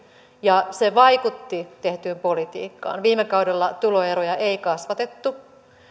ja se vaikutti tehtyyn politiikkaan viime kaudella tuloeroja ei kasvatettu